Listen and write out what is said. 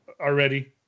already